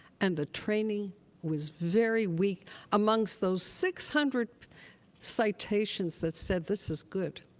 and the training was very weak amongst those six hundred citations that said, this is good.